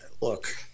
look